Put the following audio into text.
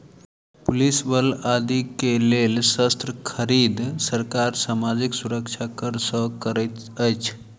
police बल आदि के लेल शस्त्र खरीद, सरकार सामाजिक सुरक्षा कर सँ करैत अछि